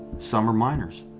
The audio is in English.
some are minors.